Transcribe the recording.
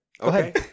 Okay